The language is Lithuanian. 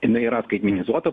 jinai yra skaitmenizuota